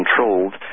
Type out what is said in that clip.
controlled